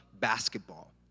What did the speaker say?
basketball